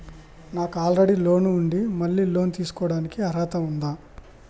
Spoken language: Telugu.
నాకు ఆల్రెడీ లోన్ ఉండి మళ్ళీ లోన్ తీసుకోవడానికి అర్హత ఉందా?